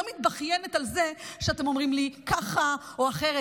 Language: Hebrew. לא מתבכיינת על זה שאתם אומרים לי ככה או אחרת.